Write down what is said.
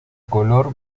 color